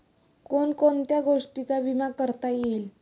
कोण कोणत्या गोष्टींचा विमा करता येईल?